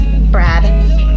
Brad